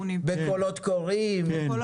בקולות קוראים?